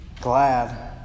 glad